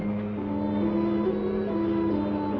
who